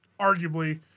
arguably